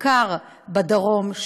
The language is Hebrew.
בעיקר בדרום,